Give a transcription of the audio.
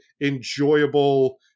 enjoyable